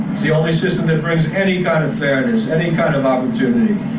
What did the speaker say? it's the only system that brings any kind of fairness, any kind of opportunity.